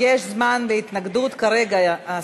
יש זמן להתנגדות כרגע.